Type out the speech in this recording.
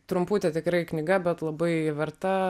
trumputė tikrai knyga bet labai verta